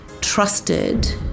trusted